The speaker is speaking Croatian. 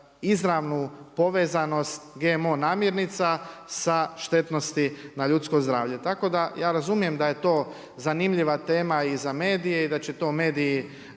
izravnu povezanost GMO namjernica sa štetnosti na ljudsko zdravlje. Tako, da ja razumijem da je to zanimljiva tema i za medije, i da će to mediji